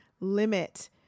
limit